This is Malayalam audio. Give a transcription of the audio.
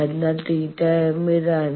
അതിനാൽ θm ഇതാണ്